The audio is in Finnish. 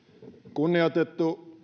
kunnioitettu